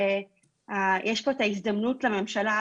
שיש פה את ההזדמנות לממשלה,